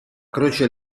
croce